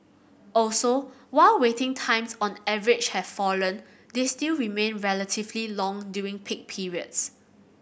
also while waiting times on average have fallen they still remain relatively long during peak periods